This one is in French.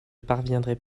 parviendrai